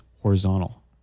horizontal